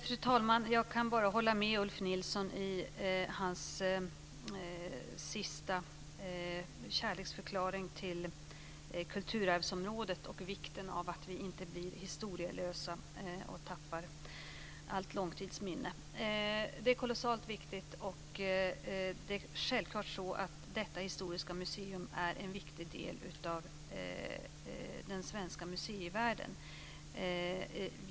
Fru talman! Jag kan bara instämma i Ulf Nilssons kärleksförklaring till kulturarvsområdet och vikten av att vi inte blir historielösa och tappar allt långtidsminne. Det är kolossalt viktigt. Detta museum är självfallet en viktig del av den svenska museivärlden.